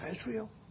Israel